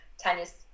Tanya's